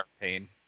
pain